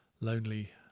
lonely